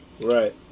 Right